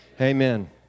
Amen